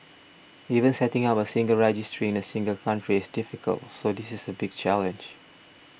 even setting up a single registry in a single country is difficult so this is a big challenge